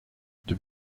deux